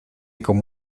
como